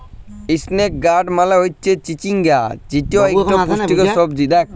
ইসনেক গাড় মালে হচ্যে চিচিঙ্গা যেট ইকট পুষ্টিকর সবজি